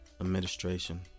administration